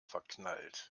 verknallt